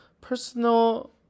personal